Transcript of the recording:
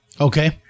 Okay